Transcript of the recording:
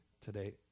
today